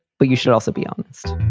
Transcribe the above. but you should also be honest